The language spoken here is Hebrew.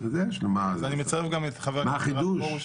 אז אני מציין גם את חבר הכנסת הרב פרוש.